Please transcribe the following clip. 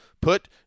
put